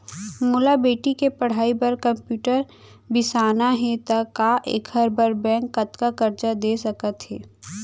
मोला बेटी के पढ़ई बार कम्प्यूटर बिसाना हे त का एखर बर बैंक कतका करजा दे सकत हे?